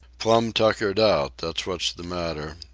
plum tuckered out, that's what's the matter.